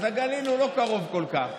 אז הגליל לא קרוב כל כך,